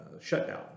shutdown